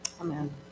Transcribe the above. Amen